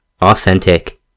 authentic